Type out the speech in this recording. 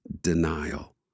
denial